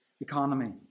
economy